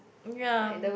ya